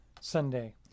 Sunday